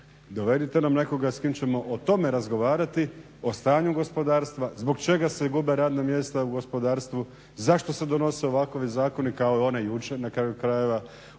Dovedite nam nekoga s kim ćemo o tome razgovarati, o stanju gospodarstva, zbog čega se gube radna mjesta u gospodarstvu, zašto se donose ovakvi zakoni kao i onaj jučer na kraju krajeva